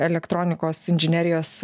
elektronikos inžinerijos